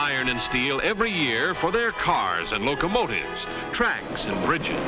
iron in steel every year for their cars and locomotive tracks and bridges